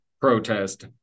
protest